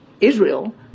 Israel